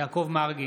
יעקב מרגי,